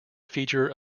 feature